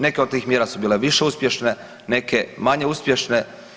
Neke od tih mjera su bile više uspješne, neka manje uspješe.